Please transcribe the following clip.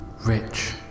Rich